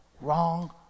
wrong